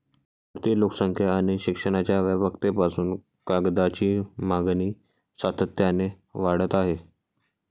वाढती लोकसंख्या आणि शिक्षणाच्या व्यापकतेपासून कागदाची मागणी सातत्याने वाढत आहे